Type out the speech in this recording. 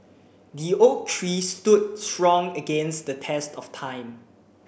the oak tree stood strong against the test of time